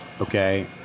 Okay